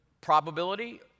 probability